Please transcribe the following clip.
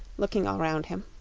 looking all around him.